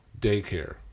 daycare